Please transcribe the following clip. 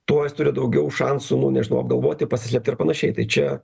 tuo jis turi daugiau šansų nu nežinau apgalvoti pasislėpti ir panašiai tai čia